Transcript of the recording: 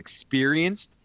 experienced